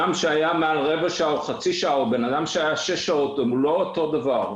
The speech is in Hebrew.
בן אדם שהיה חצי שעה לעומת בן אדם שהיה שש שעות זה לא אותו דבר,